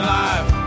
life